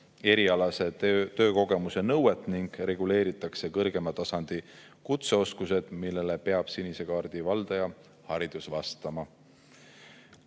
erialase töökogemuse nõuet ning reguleeritakse kõrgema tasandi kutseoskused, millele peab sinise kaardi valdaja haridus vastama.